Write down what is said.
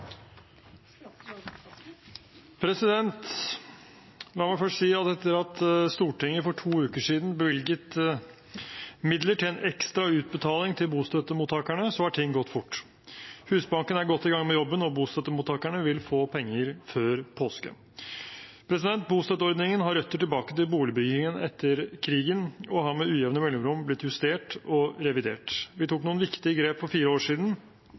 La meg først si at etter at Stortinget for to uker siden bevilget midler til en ekstra utbetaling til bostøttemottakerne, har ting gått fort. Husbanken er godt i gang med jobben, og bostøttemottakerne vil få penger før påske. Bostøtteordningen har røtter tilbake til boligbyggingen etter krigen og er med ujevne mellomrom blitt justert og revidert. Vi tok noen viktige grep for fire år siden.